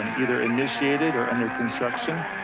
um either initiated or under construction